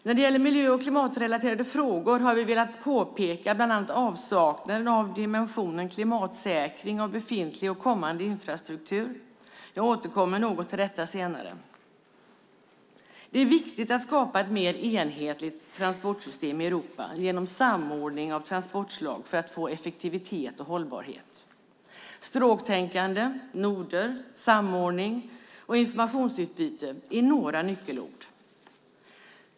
När det gäller miljö och klimatrelaterade frågor har vi velat påpeka bland annat avsaknaden av dimensionen klimatsäkring av befintlig och kommande infrastruktur. Jag återkommer något till detta senare. Det är viktigt att skapa ett mer enhetligt transportsystem i Europa genom samordning av transportslag för att få effektivitet och hållbarhet. Stråktänkande, noder, samordning och informationsutbyte är några nyckelord.